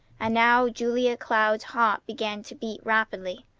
and now julia cloud's heart began to beat rapidly.